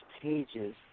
pages